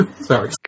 Sorry